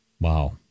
Wow